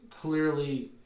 clearly